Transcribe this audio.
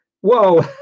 whoa